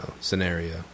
scenario